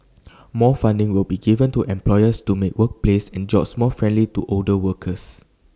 more funding will be given to employers to make workplaces and jobs more friendly to older workers